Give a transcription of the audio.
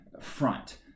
front